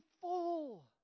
full